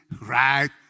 right